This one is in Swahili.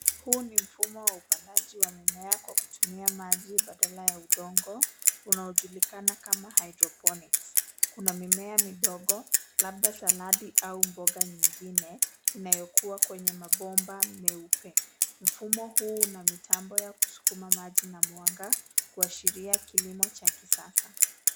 Huu ni mfumo wa upandaji wa mimea kwa kutumia maji badala ya udongo, unaojulikana kama hydrophonics .Kuna mimea midogo, labda salad au mboga nyingine, inayokua kwenye mabomba meupe. Mfumo huu una mitambo ya kusukuma maji na mwanga, kuashiria kilimo cha kisasa.